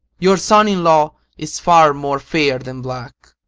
your son-in-law is far more fair than black.